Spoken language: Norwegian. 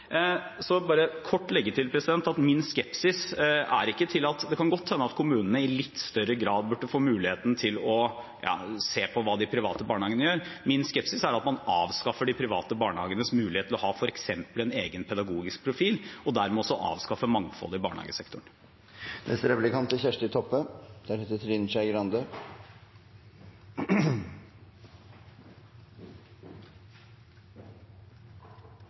bare kort legge til at det kan godt hende at kommunene i litt større grad burde få muligheten til å se på hva de private barnehagene gjør. Min skepsis er til at man avskaffer de private barnehagenes mulighet til å ha f.eks. en egen pedagogisk profil, og dermed også avskaffer mangfoldet i barnehagesektoren.